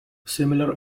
similar